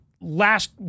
last